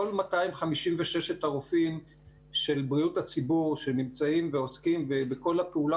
כל 256 הרופאים של בריאות הציבור שנמצאים ועוסקים בכל הפעולה